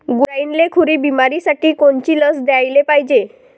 गुरांइले खुरी बिमारीसाठी कोनची लस द्याले पायजे?